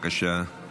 זה